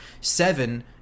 seven